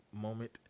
moment